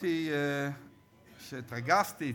אמרתי כשהתרגזתי,